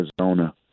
Arizona